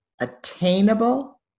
attainable